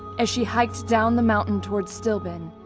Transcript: as she hiked down the mountain towards stillben,